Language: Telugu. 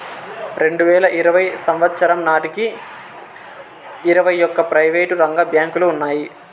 రెండువేల ఇరవై సంవచ్చరం నాటికి ఇరవై ఒక్క ప్రైవేటు రంగ బ్యాంకులు ఉన్నాయి